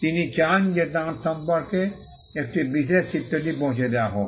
তিনি চান যে তাঁর সম্পর্কে একটি বিশেষ চিত্রটি পৌঁছে দেওয়া হোক